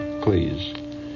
Please